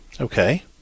Okay